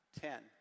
ten